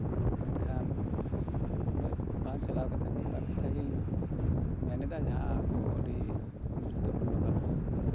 ᱢᱮᱱᱠᱷᱟᱱ ᱩᱱᱟᱹᱜ ᱵᱟᱝ ᱪᱟᱞᱟᱣ ᱠᱟᱛᱮᱫ ᱢᱤᱫᱵᱟᱨ ᱠᱟᱛᱷᱟ ᱜᱤᱧ ᱢᱮᱱᱮᱫᱟ ᱡᱟᱦᱟᱸ ᱠᱚ ᱟᱹᱰᱤ ᱜᱩᱨᱩᱛᱛᱚ ᱯᱩᱨᱱᱚ ᱠᱟᱱᱟ